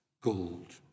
gold